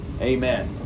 amen